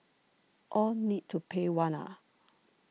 all need to pay one ah